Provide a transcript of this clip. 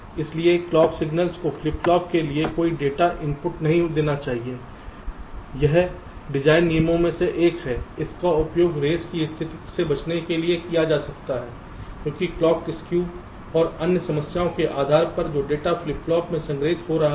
इसलिए clock signal को flip flop के लिए कोई डेटा इनपुट नहीं देना चाहिए यह डिजाइन नियमों में से एक है इसका उपयोग रेस की स्थिति से बचने के लिए किया जाता है क्योंकि क्लॉक स्क्यू और अन्य समस्याओं के आधार पर जो डेटा फ्लिप फ्लॉप में संग्रहीत हो रहा है